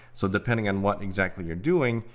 so depending on what exactly you're doing,